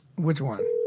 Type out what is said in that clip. which one?